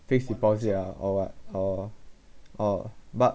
fixed deposit ah or what or oh but